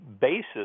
basis